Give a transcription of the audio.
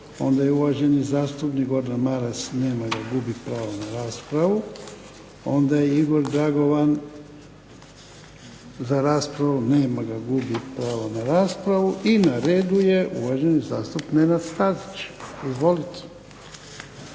Onda je uvaženi zastupnik Gordan Maras. Nema ga. Gubi pravo na raspravu. Onda je Igor Dragovan, za raspravu. Nema ga. Gubi pravo na raspravu. I na redu je uvaženi zastupnik Nenad Stazić. Izvolite.